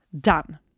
done